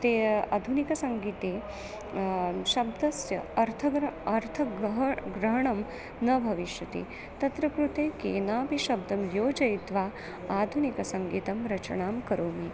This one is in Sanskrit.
ते आधुनिकसङ्गीते शब्दस्य अर्थग्रहणम् अर्थग्रहणं ग्रहणं न भविष्यति तत्र कृते केनापि शब्दं योजयित्वा आधुनिकसङ्गीतं रचनां करोमि